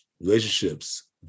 Relationships